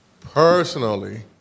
personally